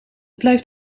blijft